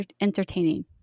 entertaining